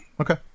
okay